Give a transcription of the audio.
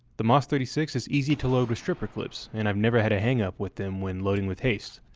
the mas thirty six is easy to load with stripper clips, and i've never had a hangup with them when loading with haste,